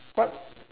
what